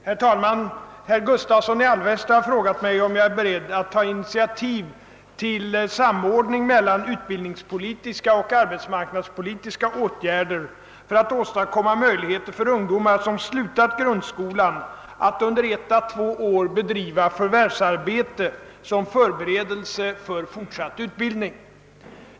Herr talman! Herr Gustavsson i Alvesta har frågat mig, om jag är beredd ta initiativ till samordning mellan utbildningspolitiska och arbetsmarknadspolitiska åtgärder för att åstadkomma möjligheter för ungdomar som slutat grundskolan att under ett å två år bedriva förvärvsarbete som förberedelse för fortsatt utbildning.